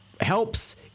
helps